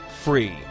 free